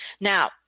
Now